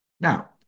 Now